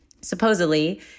supposedly